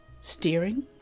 Steering